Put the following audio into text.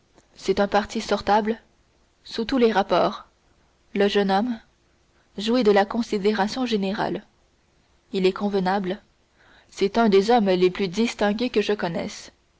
c'est un parti sortable sous tous les rapports le jeune homme jouit de la considération générale il est convenable c'est un des hommes les plus distingués que je connaisse